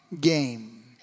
game